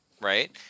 Right